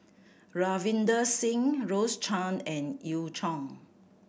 Ravinder Singh Rose Chan and Eu